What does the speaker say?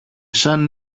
σαν